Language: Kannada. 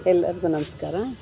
ಎಲ್ಲರ್ಗೂ ನಮಸ್ಕಾರ